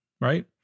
right